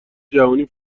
جوونی